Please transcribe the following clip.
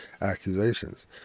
accusations